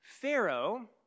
Pharaoh